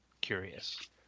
curious